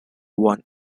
won